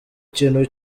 kintu